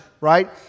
right